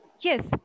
Yes